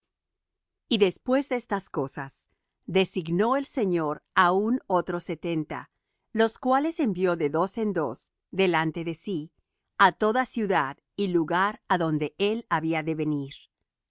y después de estas cosas designó el señor aun otros setenta los cuales envió de dos en dos delante de sí á toda ciudad y lugar á donde él había